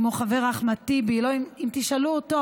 כמו החבר אחמד טיבי, אם תשאלו אותו,